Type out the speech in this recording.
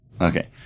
Okay